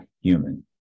human